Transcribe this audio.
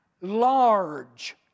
large